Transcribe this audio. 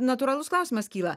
natūralus klausimas kyla